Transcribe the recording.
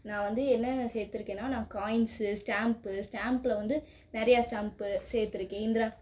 நான் வந்து என்ன சேர்த்து இருக்கேன்னால் நான் காயின்ஸு ஸ்டாம்ப்பு ஸ்டாம்ப்பில் வந்து நிறையா ஸ்டாம்ப்பு சேர்த்து இருக்கேன் இந்திரா